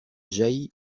jaillit